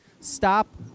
Stop